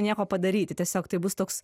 nieko padaryti tiesiog tai bus toks